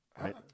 Right